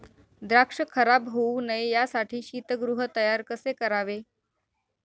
द्राक्ष खराब होऊ नये यासाठी शीतगृह तयार कसे करावे?